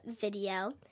video